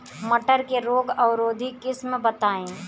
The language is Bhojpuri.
मटर के रोग अवरोधी किस्म बताई?